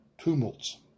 tumults